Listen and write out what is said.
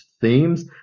themes